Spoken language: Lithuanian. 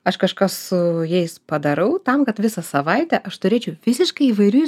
aš kažką su jais padarau tam kad visą savaitę aš turėčiau fiziškai įvairių